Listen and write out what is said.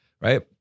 Right